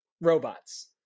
robots